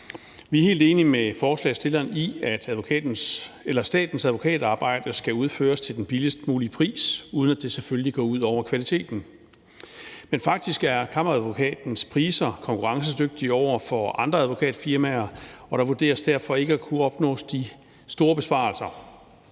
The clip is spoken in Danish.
Vi er helt enige med forslagsstillerne i, at statens advokatarbejde skal udføres til den billigst mulige pris, selvfølgelig uden at det går ud over kvaliteten. Men faktisk er Kammeradvokatens priser konkurrencedygtige over for andre advokatfirmaer, og der vurderes derfor ikke at kunne opnås de store besparelser.